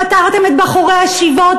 פטרתם את בחורי הישיבות,